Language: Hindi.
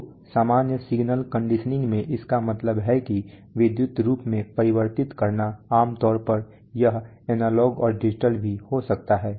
तो सामान्य सिग्नल कंडीशनिंग में इसका मतलब है कि विद्युत रूप में परिवर्तित करना आम तौर पर यह एनालॉग और डिजिटल भी हो सकता है